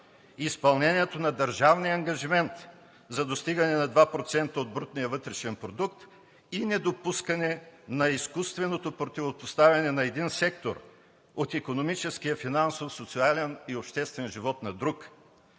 изпълнението на държавния ангажимент за достигане на 2% от брутния вътрешен продукт и недопускане на изкуственото противопоставяне на един сектор от икономическия, финансов, социален и обществен живот на друг.